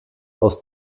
aus